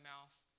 mouth